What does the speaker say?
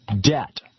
debt